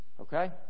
Okay